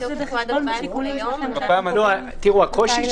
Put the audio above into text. אנחנו יושבים